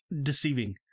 deceiving